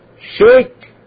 shake